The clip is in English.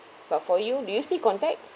but for you do you still contact